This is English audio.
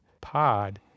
pod